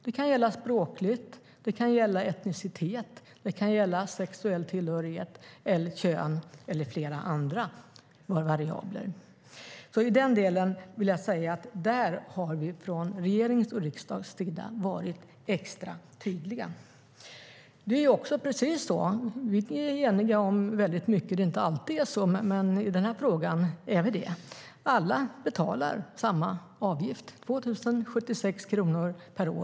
Det kan gälla språk, etnicitet, sexuell tillhörighet, kön eller flera andra variabler. I den delen vill jag alltså säga att man från regeringens och riksdagens sida har varit extra tydlig. Vi är eniga om mycket. Det är inte alltid det är så, men i den här frågan är vi det. Alla betalar samma avgift - 2 076 kronor per år.